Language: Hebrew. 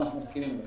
ואנחנו מסכימים לו.